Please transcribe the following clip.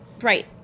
Right